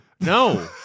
no